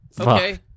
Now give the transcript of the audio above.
Okay